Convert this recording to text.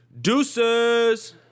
Deuces